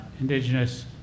indigenous